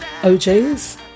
OJs